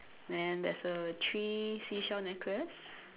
then there's a three seashell necklace